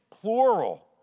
plural